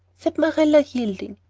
said marilla, yielding.